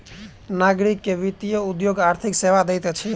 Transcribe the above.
नागरिक के वित्तीय उद्योग आर्थिक सेवा दैत अछि